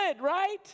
right